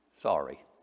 sorry